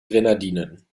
grenadinen